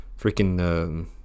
freaking